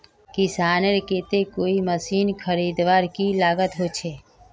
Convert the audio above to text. किसानेर केते कोई मशीन खरीदवार की लागत छे?